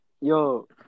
Yo